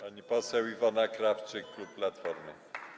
Pani poseł Iwona Krawczyk, klub Platformy.